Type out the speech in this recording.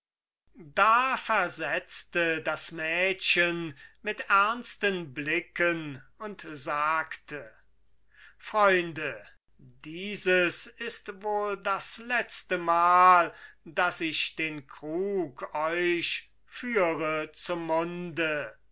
da versetzte das mädchen mit ernsten blicken und sagte freunde dieses ist wohl das letztemal daß ich den krug euch führe zum munde